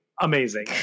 Amazing